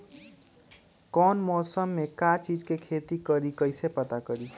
कौन मौसम में का चीज़ के खेती करी कईसे पता करी?